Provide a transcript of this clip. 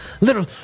Little